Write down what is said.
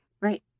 Right